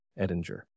Edinger